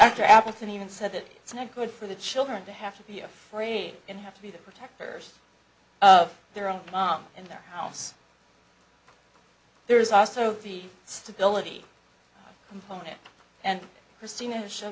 after appleton even said that it's not good for the children to have to be afraid and have to be the protectors of their own in their house there's also the stability component and christina has show